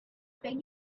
beg